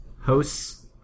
hosts